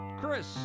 Chris